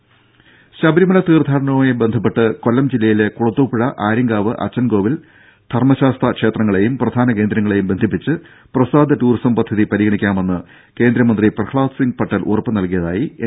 രും ശബരിമല തീർത്ഥാടനവുമായി ബന്ധപ്പെട്ട് കൊല്ലം ജില്ലയിലെ കുളത്തൂപ്പുഴ ആര്യങ്കാവ് അച്ചൻകോവിൽ ധർമ്മശാസ്ത ക്ഷേത്രങ്ങളെയും പ്രധാന കേന്ദ്രങ്ങളെയും ബന്ധിപ്പിച്ച് പ്രസാദ് ടൂറിസം പദ്ധതി പരിഗണിക്കാമെന്ന് കേന്ദ്രമന്ത്രി പ്രഹ്ലാദ്സിംഗ് പട്ടേൽ ഉറപ്പുനൽകിയതായി എൻ